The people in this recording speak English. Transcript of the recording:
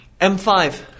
M5